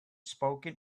spoken